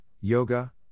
yoga